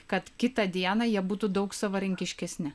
kad kitą dieną jie būtų daug savarankiškesni